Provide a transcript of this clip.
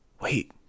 Wait